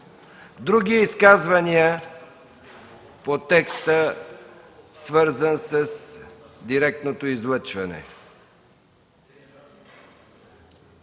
други изказвания по текста, свързан с директното излъчване?